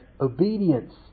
obedience